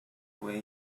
way